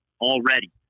already